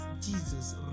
Jesus